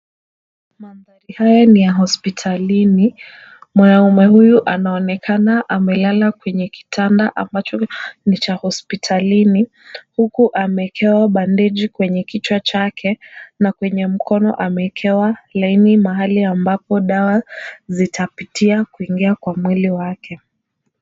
Mandhari haya ni ya hospitalini, mwanaume huyu anaonekana amelala kwenye kitanda ambacho ni cha hospitalini, huku ameekewa bandage kwenye kichwa chake, na kwenye mkono amewekewa line mahali ambapo dawa zitapitia kuingia kwa mwili wake.